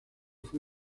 fue